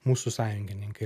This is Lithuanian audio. mūsų sąjungininkai